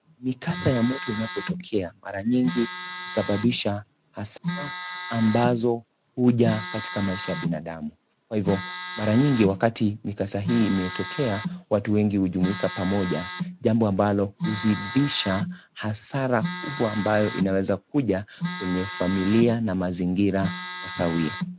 Mikasa ya moto inapotokea ,mara nyingi husababisha asthma ambazo huja katika maisha ya binadamu. Kwa hivo mara nyingi wakati wa mikasa hii imetokea watu wengi hujumuika pamoja, jambo ambalo huzidisha hasara kubwa ambayo inaweza kuja kwenye familia na mazingira kwa sawia.